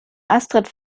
astrid